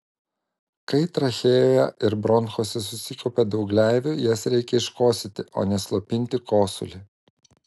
kai trachėjoje ir bronchuose susikaupia daug gleivių jas reikia iškosėti o ne slopinti kosulį